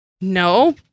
No